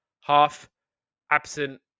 half-absent